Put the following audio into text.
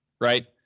right